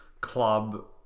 club